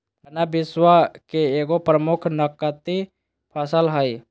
गन्ना विश्व के एगो प्रमुख नकदी फसल हइ